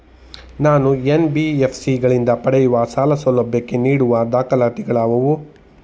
ನಾನು ಎನ್.ಬಿ.ಎಫ್.ಸಿ ಗಳಿಂದ ಪಡೆಯುವ ಸಾಲ ಸೌಲಭ್ಯಕ್ಕೆ ನೀಡುವ ದಾಖಲಾತಿಗಳಾವವು?